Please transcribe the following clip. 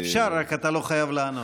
אפשר, רק אתה לא חייב לענות.